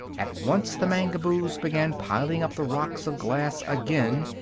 at once the mangaboos began piling up the rocks of glass again,